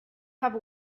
have